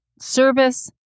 service